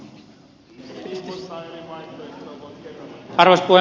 arvoisa puhemies